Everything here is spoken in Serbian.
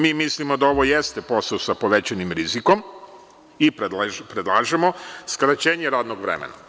Mi mislimo da ovo jeste posao sa povećanim rizikom i predlažemo skraćenje radnog vremena.